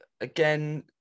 again